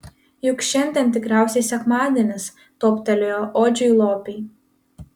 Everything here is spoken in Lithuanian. juk šiandien tikriausiai sekmadienis toptelėjo odžiui lopei